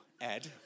Ed